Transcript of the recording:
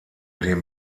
dem